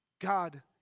God